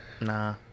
Nah